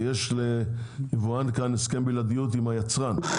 ויש ליבואן כאן הסכם בלעדיות עם היצרן,